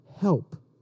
help